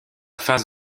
face